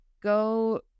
Go